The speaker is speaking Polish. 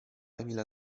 emila